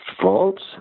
faults